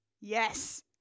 yes